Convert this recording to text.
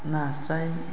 नास्राय